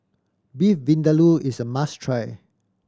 Beef Vindaloo is a must try